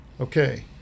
okay